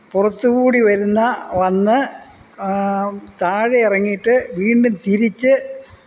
പുറത്തുകൂടി വരുന്ന വന്ന് താഴെയിറങ്ങിയിട്ട് വീണ്ടും തിരിച്ച്